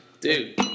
dude